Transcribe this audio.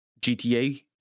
GTA